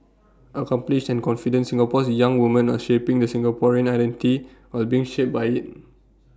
accomplished and confident Singapore's young woman are shaping the Singaporean identity while being shaped by IT